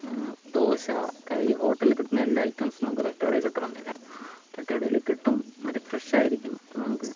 ദോശ ഈ ഹോട്ടലിൽ കിട്ടുന്ന എല്ലാ ഫുഡ് ഐറ്റംസ് നമുക്ക് തട്ട്കടെ കിട്ടണന്നില്ല തട്ട് കടയില് കിട്ടും മറ്റേ ഫ്രഷ് ആയിരിക്കും നമുക്ക്